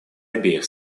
обеих